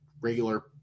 regular